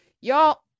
y'all